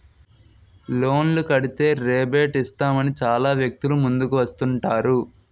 లోన్లు కడితే రేబేట్ ఇస్తామని చాలా వ్యక్తులు ముందుకు వస్తుంటారు